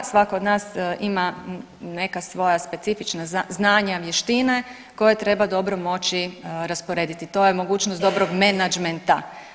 Svatko od nas ima neka svoja specifična znanja, vještine koje treba dobro moći rasporediti, to je mogućnost dobrog menadžmenta.